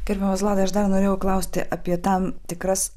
gerbiamas vladai aš dar norėjau klausti apie tam tikras